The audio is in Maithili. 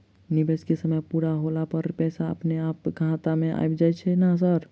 निवेश केँ समय पूरा होला पर पैसा अपने अहाँ खाता मे आबि जाइत नै सर?